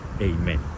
amen